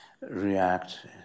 react